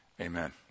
Amen